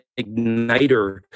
igniter